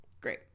Great